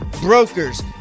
brokers